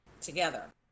together